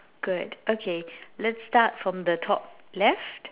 good okay let's start from the top left